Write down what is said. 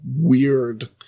weird